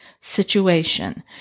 situation